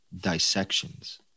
Dissections